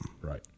Right